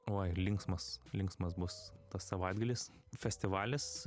oi linksmas linksmas bus tas savaitgalis festivalis